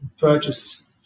purchase